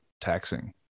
taxing